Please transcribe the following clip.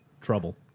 Trouble